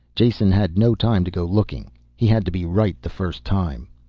jason had no time to go looking. he had to be right the first time.